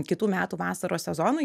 kitų metų vasaros sezonui